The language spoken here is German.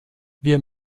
wir